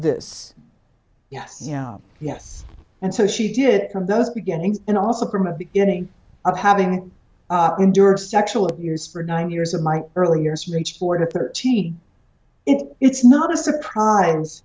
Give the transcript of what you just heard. this yes yes and so she did from those beginnings and also from a beginning of having to endure sexual abuse for nine years of my early years reach for thirteen it it's not a surprise